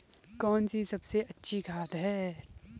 कौन सी सबसे अच्छी खाद है?